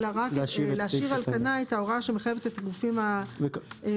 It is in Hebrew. צריך להשאיר על כנה את ההוראה שמחייבת את הגופים -- נכון,